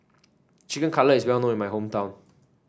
Chicken Cutlet is well known in my hometown